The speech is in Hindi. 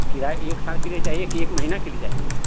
किराया एक साल के लिये चाहिये कि एक महिना के लिये चाहेंगी